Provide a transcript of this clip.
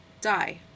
die